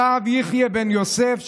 הרב יחיא בן יוסף,